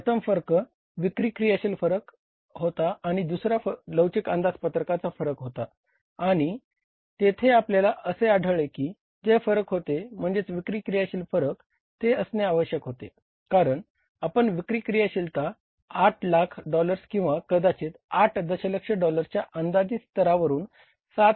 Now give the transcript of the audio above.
प्रथम फरक विक्री क्रियाशील फरक ते असणे आवश्यक होते कारण आपण विक्री क्रियाशीलता 800000 डॉलर्स किंवा कदाचित 8 दशलक्ष डॉलर्सच्या अंदाजित स्तरावरून 7